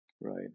right